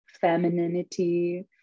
femininity